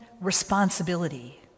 responsibility